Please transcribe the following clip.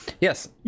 Yes